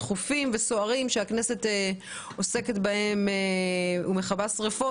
דחופים וסוערים שהכנסת עוסקת בהם ומכבה שריפות